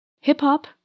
Hip-hop